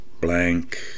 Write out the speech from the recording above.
Blank